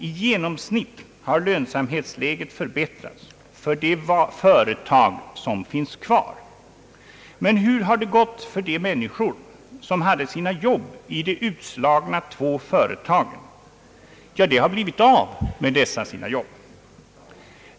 I genomsnitt har lönsamhetsläget förbättrats för de företag som finns kvar. Men hur har det gått för de människor som hade sina arbeten i de utslagna två företagen? Jo, de har blivit av med sina arbeten.